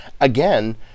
again